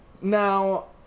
Now